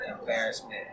embarrassment